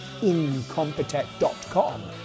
Incompetech.com